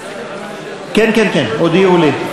כן כן, הודיעו לי.